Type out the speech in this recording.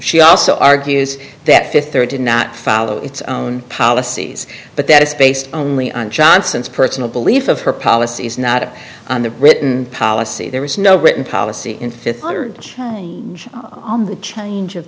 she also argues that fifth third did not follow its own policies but that is based only on johnson's personal belief of her policies not of the written policy there was no written policy in fifth on the change of t